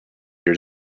here